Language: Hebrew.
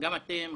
גם אתם,